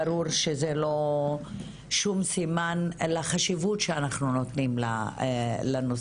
ברור שזה לא שום סימן לחשיבות שאנחנו נותנים לנושא.